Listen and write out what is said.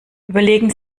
überlegen